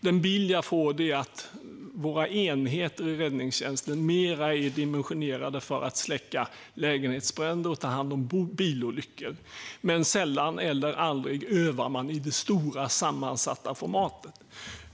Den bild jag får är att våra enheter i räddningstjänsten mer är dimensionerade för att släcka lägenhetsbränder och ta hand om bilolyckor; sällan eller aldrig övar man i det stora, sammansatta formatet.